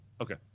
Okay